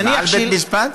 נניח, של בית-המשפט.